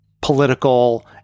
political